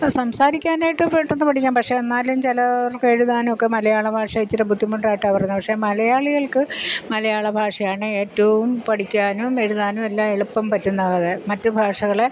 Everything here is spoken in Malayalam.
ഇപ്പം സംസാരിക്കാനായിട്ട് പെട്ടെന്ന് പഠിക്കാം പക്ഷെ എന്നാലും ചിലർക്ക് എഴുതാനും ഒക്കെ മലയാളഭാഷ ഇച്ചിരി ബുദ്ധിമുട്ടായിട്ടാ പറയുന്നത് പക്ഷെ മലയാളികൾക്ക് മലയാള ഭാഷയാണ് ഏറ്റവും പഠിക്കാനും എഴ്താനും എല്ലാം എളുപ്പം പറ്റുന്നത് മറ്റ് ഭാഷകളെ